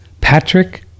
patrick